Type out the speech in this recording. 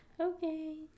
okay